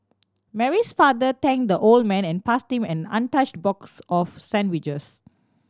Mary's father thanked the old man and passed him an untouched box of sandwiches